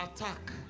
attack